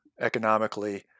economically